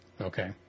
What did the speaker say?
Okay